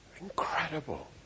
Incredible